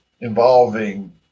involving